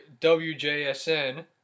WJSN